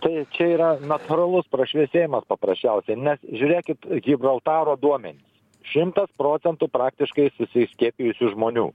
tai čia yra natūralus prašviesėjimas paprasčiausiai nes žiūrėkit gibraltaro duomenys šimtas procentų praktiškai susiskiepyjusių žmonių